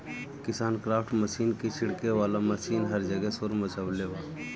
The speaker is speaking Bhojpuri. किसानक्राफ्ट मशीन क छिड़के वाला मशीन हर जगह शोर मचवले बा